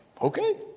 Okay